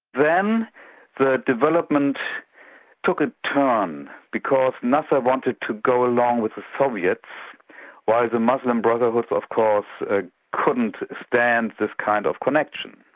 then the development took a turn, because nasser wanted to go along with the soviets while the muslim brotherhood of course ah couldn't stand this kind of connection.